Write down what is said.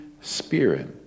Spirit